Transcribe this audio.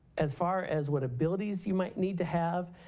as far as what abilities you might need to have,